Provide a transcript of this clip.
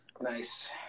Nice